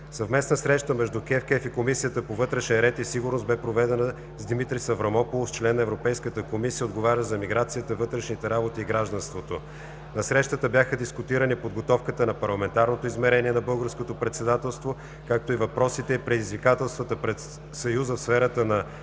Съвместна среща между КЕВКЕФ и Комисията по вътрешен ред и сигурност бе проведена с Димитрис Аврамопулос – член на Европейската комисия, отговарящ за миграцията, вътрешните работи и гражданството. На срещата бяха дискутирани подготовката на Парламентарното измерение на Българското председателство, както и въпросите и предизвикателствата пред Съюза в сферата на